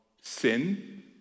sin